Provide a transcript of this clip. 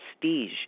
prestige